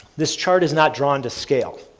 this chart is not drawn to scale.